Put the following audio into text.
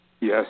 Yes